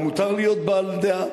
ומותר להיות בעל דעה.